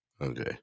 Okay